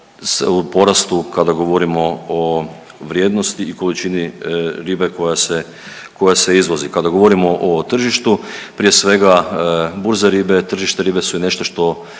u porastu, kada govorimo o vrijednosti i količini ribe koja se izvozi. Kada govorimo o tržištu, prije svega, burze ribe, tržište ribe su nešto što